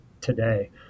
today